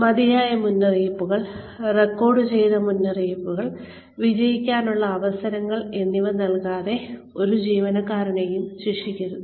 മതിയായ മുന്നറിയിപ്പുകൾ റെക്കോർഡ് ചെയ്ത മുന്നറിയിപ്പുകൾ വിജയിക്കാനുള്ള അവസരങ്ങൾ എന്നിവ നൽകാതെ ഒരു ജീവനക്കാരനെയും ശിക്ഷിക്കരുത്